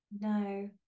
No